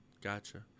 Gotcha